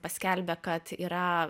paskelbė kad yra